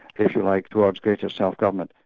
if you like, towards greater self government.